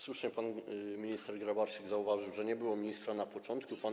Słusznie pan minister Grabarczyk zauważył, że nie było pana ministra na początku debaty.